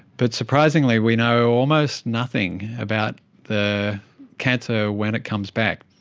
but surprisingly we know almost nothing about the cancer when it comes back.